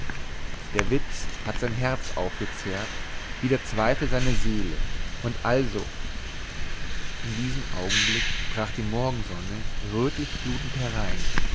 der witz hat sein herz aufgezehrt wie der zweifel seine seele und also in diesem augenblick brach die morgensonne rötlich flutend herein